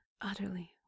utterly